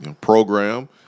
program